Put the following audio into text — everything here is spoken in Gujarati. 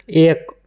એક